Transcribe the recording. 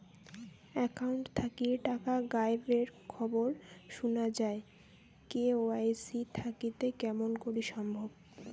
Account থাকি টাকা গায়েব এর খবর সুনা যায় কে.ওয়াই.সি থাকিতে কেমন করি সম্ভব?